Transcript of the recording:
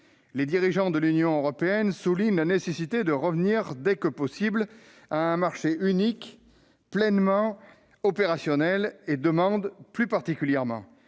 les dirigeants de l'Union européenne soulignaient la nécessité de revenir, dès que possible, à un marché unique pleinement opérationnel. Ils demandaient plus particulièrement